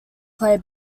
play